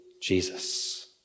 Jesus